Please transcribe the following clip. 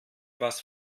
was